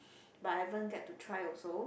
but I haven't get to try also